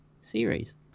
series